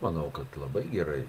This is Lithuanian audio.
manau kad labai gerai